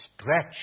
stretch